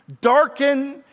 darken